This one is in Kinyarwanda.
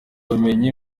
ubumenyi